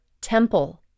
temple